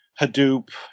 Hadoop